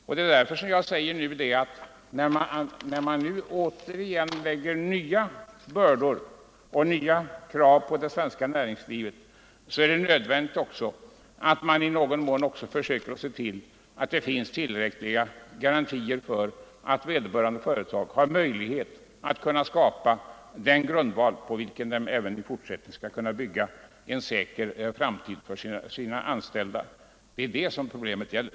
Och när det nu återigen läggs nya bördor och ställs nya krav på företagen är det nödvändigt att i någon mån också försöka se till att det finns tillräckliga garantier för att vederbörande företag har möjlighet att skapa den grundval på vilken det även i fortsättningen skall bygga en säker framtid för sina anställda. Det är det som problemet gäller.